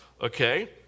Okay